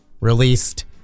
released